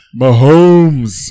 Mahomes